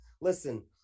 listen